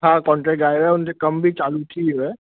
हा कॉन्ट्रैक्ट आयल आहे उनते कमु बि चालू थी वियो आहे